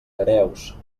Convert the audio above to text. hereus